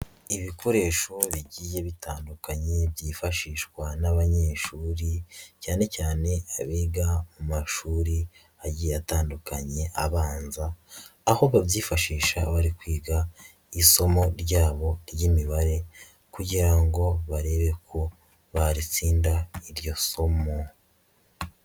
Ibikoresho bigiye bitandukanye byifashishwa n'abanyeshuri cyane cyane abiga mu mashuri agiye atandukanye abanza, aho babyifashisha bari kwiga isomo ryabo ry'imibare kugira ngo barebe ko baritsinda iryo somo.